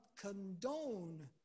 condone